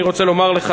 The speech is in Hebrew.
אני רוצה לומר לך,